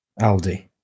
Aldi